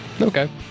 Okay